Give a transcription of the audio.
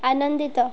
ଆନନ୍ଦିତ